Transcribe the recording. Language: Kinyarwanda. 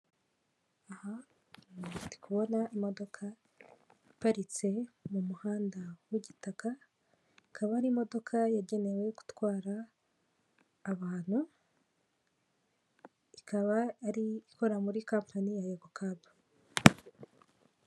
Aha ndi kubona imodoka iparitse mu muhanda w'igitaka, ikaba ari imodoka yagenewe gutwara abantu, ikaba ari ikora muri kampani ya eko kapu.